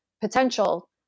potential